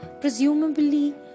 Presumably